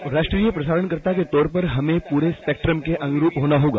bite राष्ट्रीय प्रसारणकर्ता के तौर पर हमें पूरे स्पैक्ट्रम के अनुरूप होना होगा